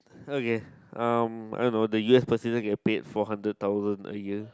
okay um I don't know the u_s president get paid four hundred thousand a year